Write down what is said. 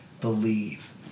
believe